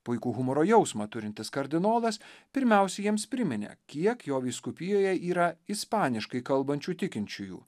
puikų humoro jausmą turintis kardinolas pirmiausia jiems priminė kiek jo vyskupijoje yra ispaniškai kalbančių tikinčiųjų